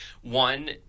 one